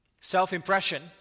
Self-impression